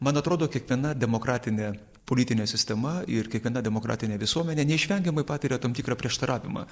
man atrodo kiekviena demokratinė politinė sistema ir kiekviena demokratinė visuomenė neišvengiamai patiria tam tikrą prieštaravimą